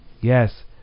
Yes